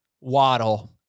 Waddle